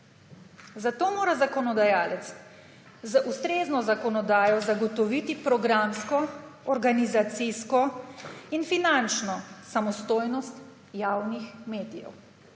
Zato mora zakonodajalec z ustrezno zakonodajo zagotoviti programsko, organizacijsko in finančno samostojnost javnih medijev.